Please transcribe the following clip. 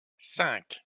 cinq